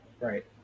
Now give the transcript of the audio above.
Right